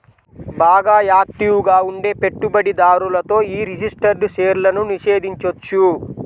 బాగా యాక్టివ్ గా ఉండే పెట్టుబడిదారులతో యీ రిజిస్టర్డ్ షేర్లను నిషేధించొచ్చు